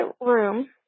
room